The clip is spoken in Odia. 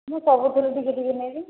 ମୁଁ ସବୁଥିରୁ ଟିକେ ଟିକେ ନେବି